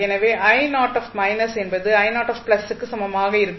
எனவே என்பது க்கு சமமாக இருக்கும்